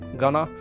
Ghana